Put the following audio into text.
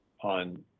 on